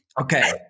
Okay